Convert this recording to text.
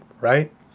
right